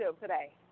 today